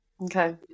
Okay